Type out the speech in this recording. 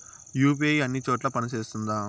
UPI అన్ని చోట్ల పని సేస్తుందా?